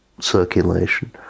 circulation